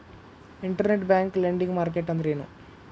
Internet bank lending market ಅಂದ್ರೇನು?